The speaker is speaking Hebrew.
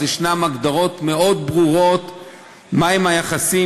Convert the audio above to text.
אז ישנן הגדרות מאוד ברורות מה הם היחסים